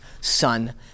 son